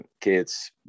kids